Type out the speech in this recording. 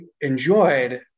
enjoyed